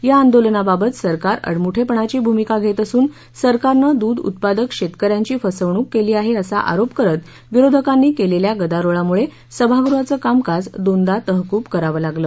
या आंदोलनाबाबत सरकार आडमुठेपणाची भूमिका घेत असून सरकारनं दूध उत्पादक शेतकऱ्यांची फसवणूक केली आहे असा आरोप करत विरोधकांनी केलेल्या गदारोळामुळे सभागृहाचं कामकाज दोनदा तहकूब करावं लागलं